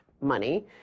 money